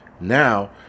Now